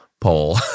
Poll